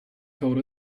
told